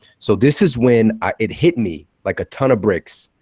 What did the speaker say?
so this is when it hit me like a ton of bricks.